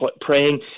praying